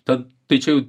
tad tai čia jau